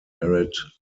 arid